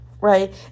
right